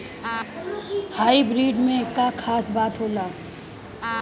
Hybrid में का खास बात होला?